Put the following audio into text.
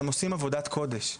אתם עושים עבודת קודש.